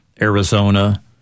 Arizona